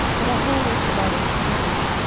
but a whole list of others haven't,